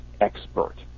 expert